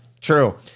True